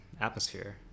atmosphere